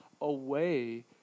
away